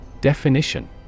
Definition